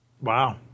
Wow